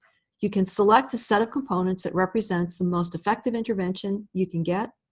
you can select a set of components that represents the most effective intervention you can get